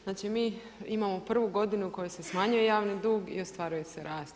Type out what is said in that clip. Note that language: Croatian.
Znači mi imamo prvu godinu u kojoj se smanjuje javni dug i ostvaruje se rast.